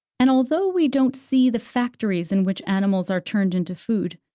and although we don't see the factories in which animals are turned into food,